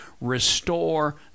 restore